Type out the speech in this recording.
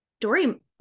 Dory